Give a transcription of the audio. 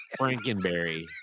Frankenberry